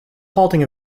halting